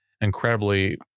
incredibly